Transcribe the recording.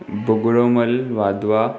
Bhugromal Wadhwa